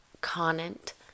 Conant